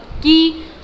key